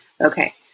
Okay